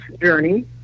journey